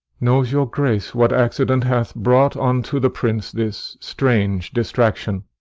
knows your grace what accident hath brought unto the prince this strange distraction?